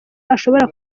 ashobora